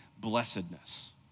blessedness